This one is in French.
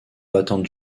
battant